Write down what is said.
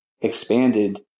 expanded